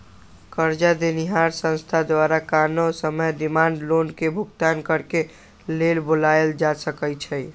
करजा देनिहार संस्था द्वारा कोनो समय डिमांड लोन के भुगतान करेक लेल बोलायल जा सकइ छइ